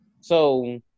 So-